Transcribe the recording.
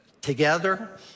together